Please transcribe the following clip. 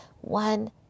one